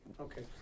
Okay